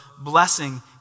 blessing